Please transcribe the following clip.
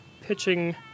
pitching